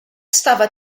estava